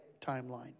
timeline